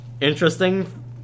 interesting